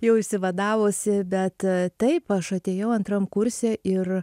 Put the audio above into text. jau išsivadavusi bet taip aš atėjau antram kurse ir